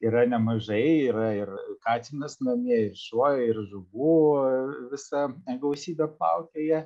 yra nemažai yra ir katinas namie ir šuo ir žuvų visa gausybė plaukioja